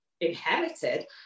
inherited